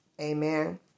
Amen